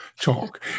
talk